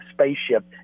spaceship